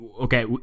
Okay